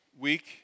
week